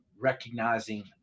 recognizing